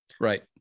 Right